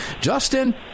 Justin